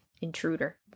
intruder